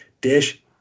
dish